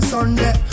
Sunday